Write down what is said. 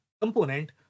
component